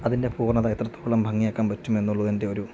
അതിൻ്റെ പൂർണ്ണത എത്രത്തോളം ഭംഗിയാക്കാൻ പറ്റും എന്നുള്ളതിൻ്റെ ഒരു